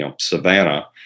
Savannah